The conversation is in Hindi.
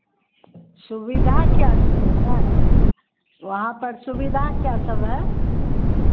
सुविधा क्या सब है वहाँ पर सुविधा क्या सब है